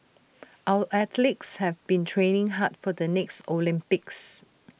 our athletes have been training hard for the next Olympics